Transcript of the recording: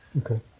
okay